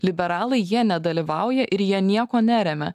liberalai jie nedalyvauja ir jie nieko neremia